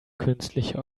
künstliche